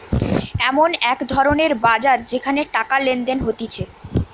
এমন এক ধরণের বাজার যেখানে টাকা লেনদেন হতিছে